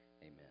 Amen